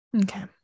okay